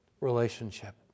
relationship